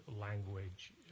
language